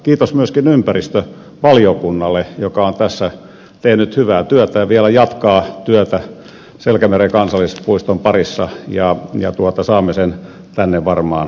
kiitos myöskin ympäristövaliokunnalle joka on tässä tehnyt hyvää työtä ja vielä jatkaa työtä selkämeren kansallispuiston parissa ja saamme sen tänne varmaan varsin pian